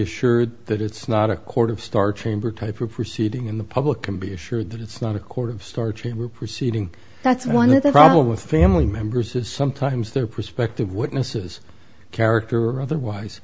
assured that it's not a court of star chamber type of proceeding in the public can be assured that it's not a court of star chamber proceeding that's one of the problem with family members is sometimes their perspective witnesses character or otherwise